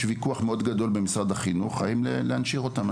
על אף שיש ויכוח מאוד גדול בתוך משרד החינוך האם להנשיר אותם או לא.